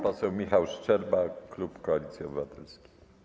Pan poseł Michał Szczerba, klub Koalicji Obywatelskiej.